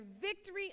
victory